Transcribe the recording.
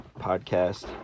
podcast